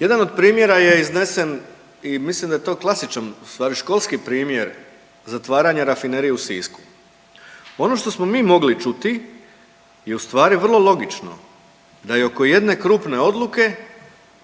Jedan od primjera je iznesen i mislim da je to klasičan, ustvari školski primjer zatvaranja Rafinerije u Sisku. Ono što smo mi mogli čuti je u stvari vrlo logično, da je oko jedne krupne odluke